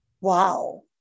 Wow